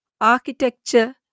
architecture